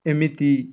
ଏମିତି